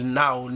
now